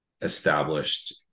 established